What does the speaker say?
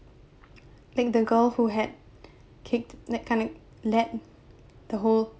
think the girl who had kicked that kind of led the whole